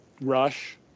Rush